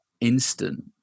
instant